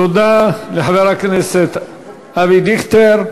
תודה לחבר הכנסת אבי דיכטר.